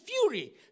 fury